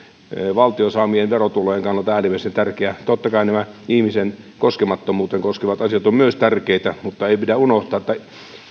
valtion saamien verotulojen kannalta äärimmäisen tärkeää totta kai myös ihmisen koskemattomuutta koskevat asiat ovat tärkeitä mutta ei pidä unohtaa että